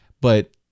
But-